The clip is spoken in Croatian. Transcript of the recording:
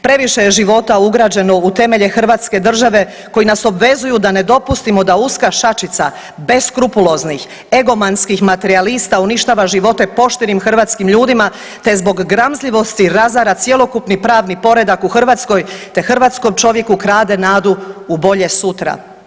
Previše je života ugrađeno u temelje hrvatske države, koji nas obvezuju da ne dopustimo da uska šačica beskrupuloznih, egomanskih materijalista uništava živote poštenih hrvatskim ljudima te zbog gramzljivosti razara cjelokupni pravni poredak u Hrvatskoj te hrvatskom čovjeku krade nadu u bolje sutra.